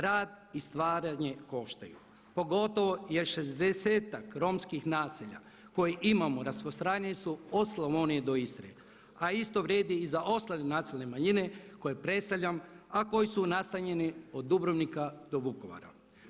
Rad i stvaranje koštaju pogotovo jer 60-ak romskih naselja koje imamo rasprostranjeni su od Slavonije do Istre, a isto vrijedi i za ostale nacionalne manjine koje predstavljam, a koji su nastanjeni od Dubrovnika do Vukovara.